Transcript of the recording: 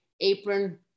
apron